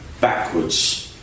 backwards